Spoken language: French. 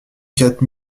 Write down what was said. quatre